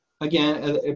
again